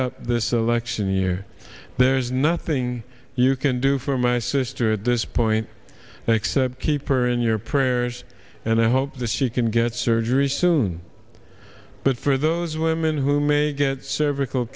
up this election year there's nothing you can do for my sister at this point thanks to keep her in your prayers and i hope she can get surgery soon but for those women who may get cervical